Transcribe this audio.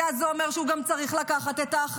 כי אז זה אומר שהוא גם צריך לקחת אחריות.